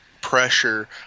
pressure